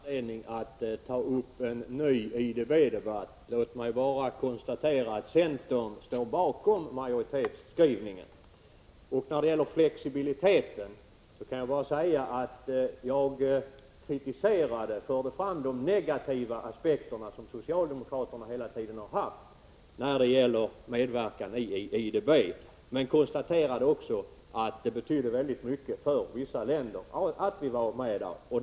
Herr talman! Det finns ingen anledning att ta upp en ny IDB-debatt. Låt mig bara konstatera att centern står bakom majoritetsskrivningen. När det gäller flexibilitet kan jag bara säga att jag förde fram de negativa aspekter som socialdemokraterna hela tiden har lagt på medverkan i IDB, men jag konstaterade också att det betyder väldigt mycket för vissa länder att vi är med där.